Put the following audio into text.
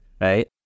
Right